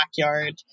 backyard